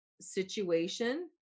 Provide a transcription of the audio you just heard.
situation